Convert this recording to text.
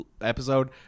episode